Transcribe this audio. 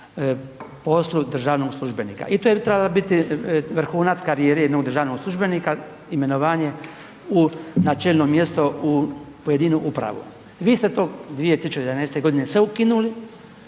poslu državnog službenika. I to je trebala biti vrhunac karijere jednog državnog službenika, imenovanje na čelno mjesto u pojedinu upravu. Vi ste to 2011. godine sve ukinuli